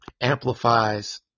amplifies